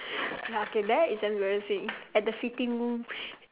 ya okay that is embarrassing at the fitting room